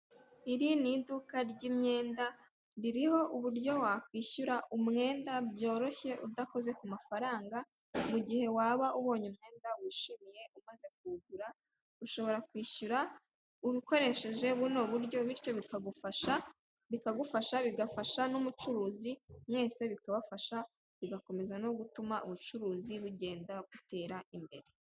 Iri ni iduka ry'imyenda, ririho uburyo wakwishyura umwenda byoroshye udakoze kumafaranga, mugihe waba ubonye umwenda wishimiye umaze kuwugura ushobora kwishyura ukoreshsje buno buryo bityo bikagufasha bikagufasha bigafasha n'umucuruzi, mwese bikabafasha Bigakomeza no gutuma ubucuruzi bugenda butera Imbere.